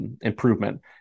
improvement